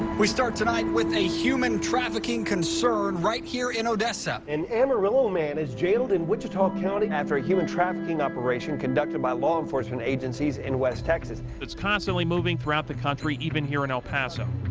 we start tonight with a human trafficking concern right here in odessa. an amarillo man is jailed in wichita county after a human trafficking operation conducted by law enforcement agencies in west texas. it's constantly moving throughout the country, even here in el paso.